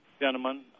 gentlemen